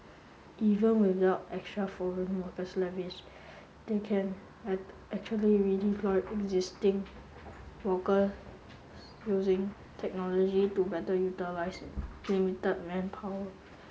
even without extra foreign worker levies they can at actually redeploy existing workers using technology to better utilise limited manpower